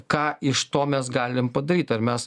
ką iš to mes galim padaryt ar mes